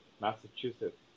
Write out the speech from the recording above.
Massachusetts